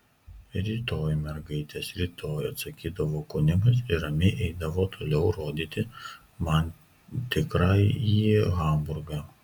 rytoj mergaitės rytoj atsakydavo kunigas ir ramiai eidavo toliau rodyti man tikrąjį hamburgą